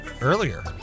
Earlier